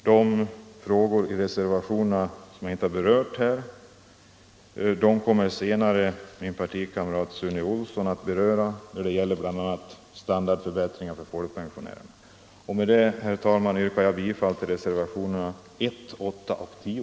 De frågor i reservationerna som jag inte berört kommer senare min partikamrat herr Sune Olsson i Stockholm att beröra, bl.a. kraven på standardförbättringar för folkpensionärerna. Med det anförda, herr talman, yrkar jag bifall till reservationerna 1, 8 och 10.